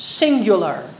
singular